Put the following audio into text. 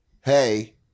hey